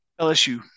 LSU